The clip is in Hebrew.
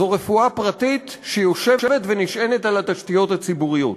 זו רפואה פרטית שיושבת ונשענת על התשתיות הציבוריות,